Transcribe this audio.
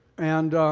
and